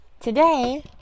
Today